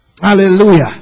hallelujah